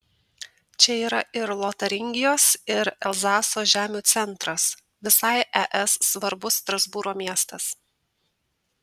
čia yra ir lotaringijos ir elzaso žemių centras visai es svarbus strasbūro miestas